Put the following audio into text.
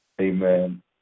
amen